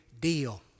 deal